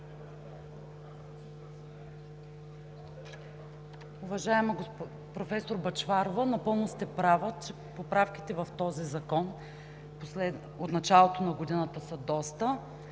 Уважаема професор Бъчварова, напълно сте права, че поправките в този закон от началото на годината са доста,